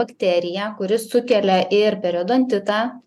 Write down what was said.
bakteriją kuri sukelia ir periodontitą